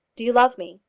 do you love me?